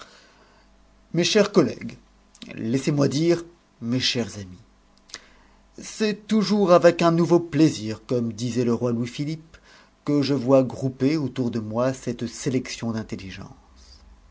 mes chers collègues laissez-moi dire mes chers amis c'est toujours avec un nouveau plaisir comme disait le roi louis-philippe que je vois groupée autour de moi cette sélection d'intelligences